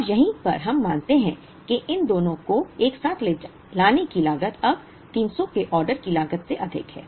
अब यहीं पर हम मानते हैं कि इन दोनों को एक साथ लाने की लागत अब 300 के ऑर्डर की लागत से अधिक है